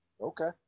Okay